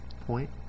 point